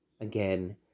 again